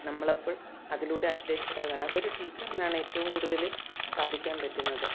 നമ്മളപ്പോൾ അതിലൂടെ അപ്ഡേറ്റഡാകുകയാണ് അതൊരു ടീച്ചറിനാണേറ്റവും കൂടുതൽ സാധിക്കാൻ പറ്റുന്നത്